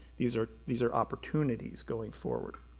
these are these are opportunities going forward.